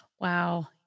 Wow